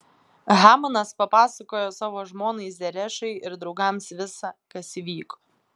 hamanas papasakojo savo žmonai zerešai ir draugams visa kas įvyko